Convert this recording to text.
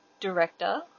director